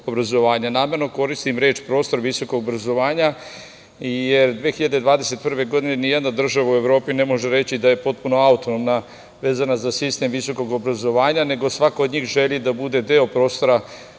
koristim reč "prostor" visokog obrazovanja jer 2021. godine ni jedna država u Evropi ne može reći da je potpuno autonomna, vezano za sistem visokog obrazovanja, nego svako od njih želi da bude deo evropskog prostora visokog obrazovanja